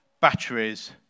batteries